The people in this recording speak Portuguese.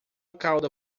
cauda